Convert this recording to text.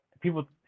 people